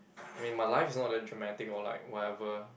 I mean my life is not that dramatic or like whatever